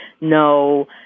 no